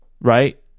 right